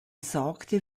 sorgte